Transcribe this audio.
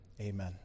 amen